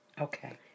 Okay